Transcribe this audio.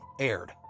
aired